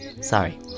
sorry